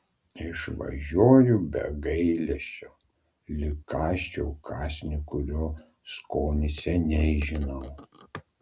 išvažiuoju be gailesčio lyg kąsčiau kąsnį kurio skonį seniai žinau